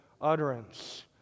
utterance